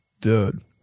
Dude